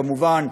כמובן,